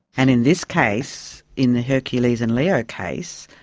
and in this case in the hercules and leo case,